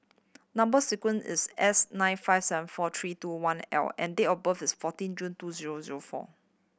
number sequence is S nine five seven four three two one L and date of birth is fourteen June two zero zero four